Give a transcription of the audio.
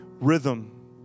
rhythm